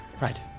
Right